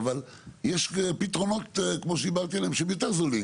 יש פתרונות כמו שדיברתי עליהם שהם יותר זולים,